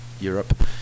europe